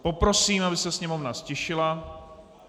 Poprosím, aby se sněmovna ztišila.